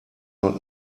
not